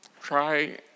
Try